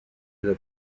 their